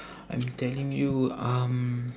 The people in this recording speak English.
I'm telling you um